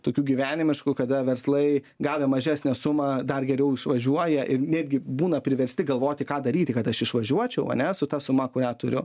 tokių gyvenimiškų kada verslai gavę mažesnę sumą dar geriau išvažiuoja ir netgi būna priversti galvoti ką daryti kad aš išvažiuočiau ane su ta suma kurią turiu